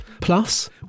Plus